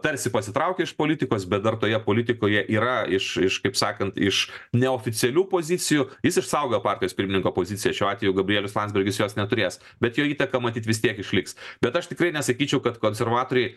tarsi pasitraukia iš politikos bet dar toje politikoje yra iš iš kaip sakant iš neoficialių pozicijų jis išsaugo partijos pirmininko poziciją šiuo atveju gabrielius landsbergis jos neturės bet jo įtaka matyt vis tiek išliks bet aš tikrai nesakyčiau kad konservatoriai